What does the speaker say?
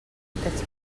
aquests